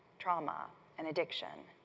trauma and addiction.